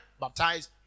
Baptized